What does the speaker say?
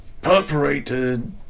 Perforated